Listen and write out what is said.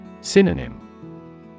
Synonym